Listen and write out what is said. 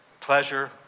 pleasure